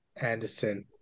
Anderson